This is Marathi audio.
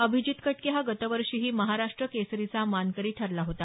अभिजित कटके हा गतवर्षीही महाराष्ट्र केसरीचा मानकरी ठरला होता